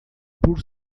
por